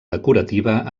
decorativa